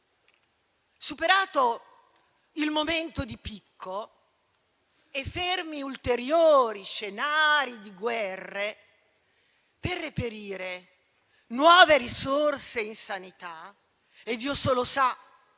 Superato il momento di picco e fermi ulteriori scenari di guerre, per reperire nuove risorse in sanità - e Dio solo sa